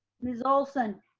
ms. olson.